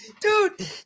Dude